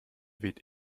weht